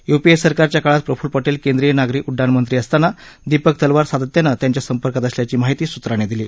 UPA सरकारच्या काळात प्रफुल्ल पटेल केंद्रीय नागरी उड्डाण मंत्री असताना दीपक तलवार सातत्याने त्यांच्या संपर्कात असल्याची माहिती सूत्रांनी दिली